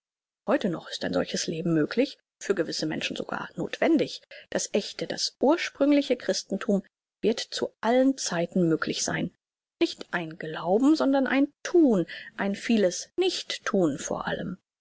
heute noch ist ein solches leben möglich für gewisse menschen sogar nothwendig das echte das ursprüngliche christenthum wird zu allen zeiten möglich sein nicht ein glauben sondern ein thun ein vielesnicht thun vor allem